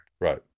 Right